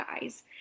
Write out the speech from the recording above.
guys